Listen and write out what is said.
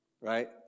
right